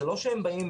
זה לא שהם באים